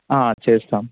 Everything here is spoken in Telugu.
చేస్తాము